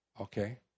Okay